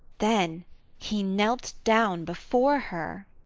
then he knelt down before her.